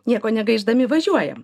nieko negaišdami važiuojam